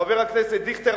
חבר הכנסת דיכטר,